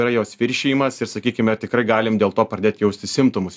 yra jos viršijimas ir sakykime tikrai galim dėl to pradėt jausti simptomus